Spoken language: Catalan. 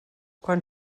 quan